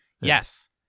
yes